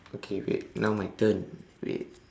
okay wait now my turn wait